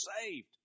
saved